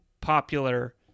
popular